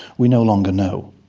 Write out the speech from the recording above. we no longer know.